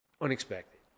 unexpected